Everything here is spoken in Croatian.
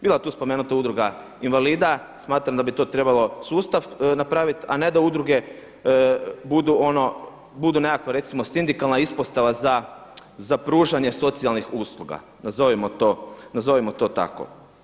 Bila je tu spomenuta Udruga invalida, smatram da bi to trebalo sustav napraviti, a ne da udruge bude nekakva recimo sindikalna ispostava za pružanje socijalnih usluga, nazovimo to tako.